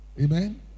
Amen